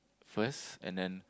first and then